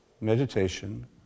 meditation